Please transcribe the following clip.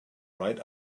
right